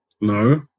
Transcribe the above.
No